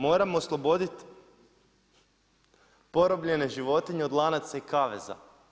Moramo osloboditi porobljene životinje od lanaca i kaveza.